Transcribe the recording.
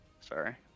Sorry